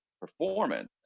performance